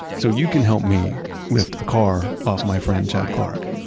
so, you can help me lift a car off my friend chad clark,